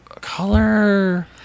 color